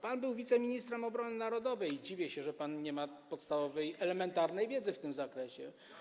Pan był wiceministrem obrony narodowej i dziwię się, że pan nie ma podstawowej, elementarnej wiedzy w tym zakresie.